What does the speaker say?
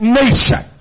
nation